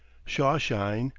shawshine,